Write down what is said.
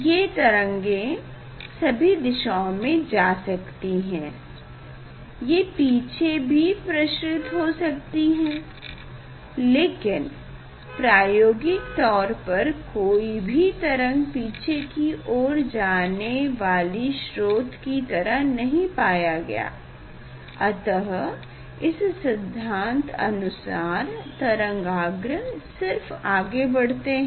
ये तरंगे सभी दिशाओं में जा सकती हैं ये पीछे भी प्रसारित हो सकती हैं लेकिन प्रायोगिक तौर पर कोई भी तरंग पीछे की और जाने वाली स्रोत की तरह नहीं पाया गया अतः इस सिद्धांत अनुसार तरंगाग्र सिर्फ आगे बढ़ते हैं